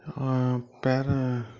பேரை